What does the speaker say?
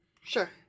Sure